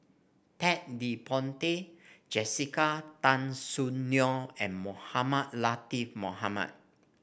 Ted De Ponti Jessica Tan Soon Neo and Mohamed Latiff Mohamed